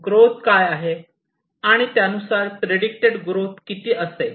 growth काय आहे आणि त्यानुसार प्रिडेडॅक्टेड ग्रोथ किती असेल